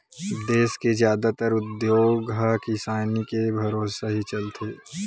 देस के जादातर उद्योग ह किसानी के भरोसा ही चलत हे